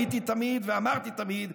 הייתי תמיד ואמרתי תמיד,